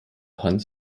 hans